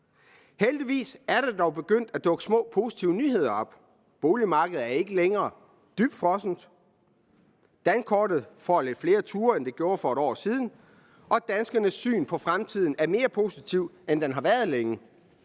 Heldigvis er der dog begyndt at dukke små positive nyheder op. Boligmarkedet er ikke længere dybfrosset, dankortet får lidt flere ture, end det gjorde for 1 år siden, og danskernes syn på fremtiden er mere positivt, end det har været længe.